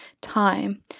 time